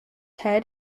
head